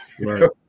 right